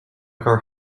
car